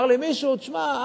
אמר לי מישהו: תשמע,